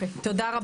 תודה.